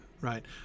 right